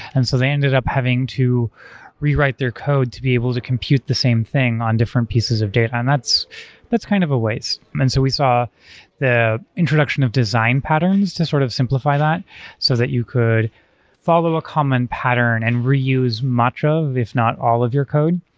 and so they ended up having to rewrite their code to be able to compute the same thing on different pieces of data, and that's that's kind of a waste. and so we saw the introduction of design patterns to sort of simplify that so that you could follow a common pattern and reuse much of, if not all of your code.